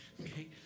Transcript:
okay